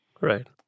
Right